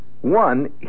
One